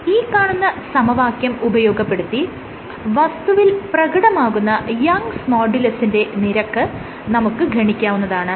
ഈ കാണുന്ന സമവാക്യം ഉപയോഗപ്പെടുത്തി വസ്തുവിൽ പ്രകടമാകുന്ന യങ്സ് മോഡുലസിന്റെ നിരക്ക് നമുക്ക് ഗണിക്കാവുന്നതാണ്